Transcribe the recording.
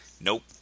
nope